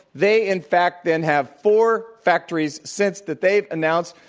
they in fact then have four factories since that they've announced